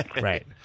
Right